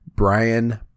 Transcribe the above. Brian